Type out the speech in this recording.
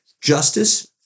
justice